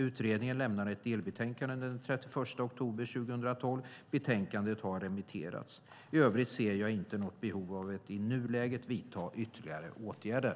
Utredningen lämnade ett delbetänkande den 31 oktober 2012. Betänkandet har remitterats. I övrigt ser jag inte något behov av att i nuläget vidta ytterligare åtgärder.